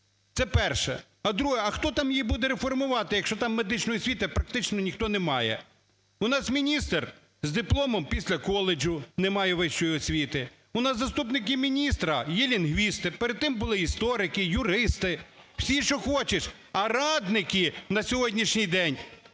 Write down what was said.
Це перше. А друге. А хто там її буде реформувати, якщо там медичної освіти практично ніхто немає? У нас міністр з дипломом після коледжу, немає вищої освіти. У нас заступники міністра є лінгвісти. Перед тим були історики, юристи, всі що хочеш. А радники на сьогоднішній день